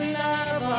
love